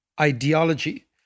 ideology